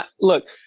Look